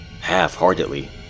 half-heartedly